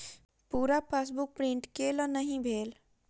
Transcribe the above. पूरा passbook print केल नहि भेल